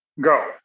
go